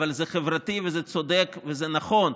אבל זה חברתי וזה צודק וזה נכון,